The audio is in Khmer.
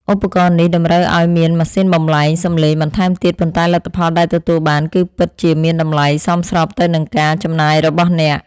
ឧបករណ៍នេះតម្រូវឱ្យមានម៉ាស៊ីនបំប្លែងសំឡេងបន្ថែមទៀតប៉ុន្តែលទ្ធផលដែលទទួលបានគឺពិតជាមានតម្លៃសមស្របទៅនឹងការចំណាយរបស់អ្នក។